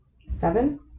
Seven